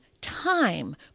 time